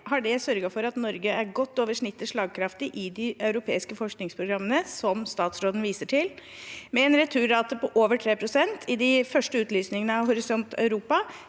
har det sørget for at Norge er godt over snittet slagkraftig i de europeiske forskningsprogrammene som statsråden viser til. Med en returrate på over 3 pst. i de første utlysningene av Horisont Europa